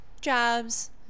jobs